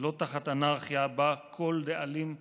ולא תחת אנרכיה שבה כל דאלים גבר.